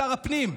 שר הפנים?